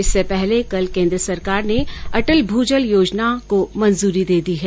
इससे पहले कल केन्द्र सरकार ने अटल भू जल योजना को मंजूरी दे दी है